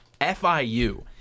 FIU